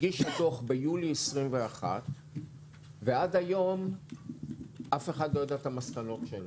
הגישה דוח ביולי 2021 ועד היום אף אחד לא יודע את המסקנות שלה.